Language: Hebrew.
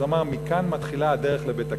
אז הוא אמר: מכאן מתחילה הדרך לבית-הכנסת.